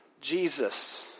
Jesus